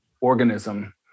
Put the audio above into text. organism